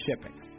shipping